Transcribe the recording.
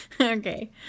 Okay